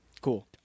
cool